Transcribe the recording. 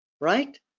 Right